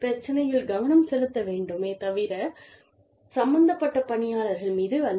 பிரச்சினையில் கவனம் செலுத்த வேண்டுமே தவிரச் சம்பந்தப்பட்ட பணியாளர்கள் மீது அல்ல